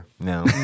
No